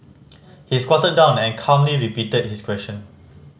he squatted down and calmly repeated his question